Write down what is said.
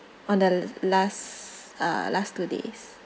on the last uh last two days